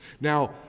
Now